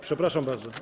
Przepraszam bardzo.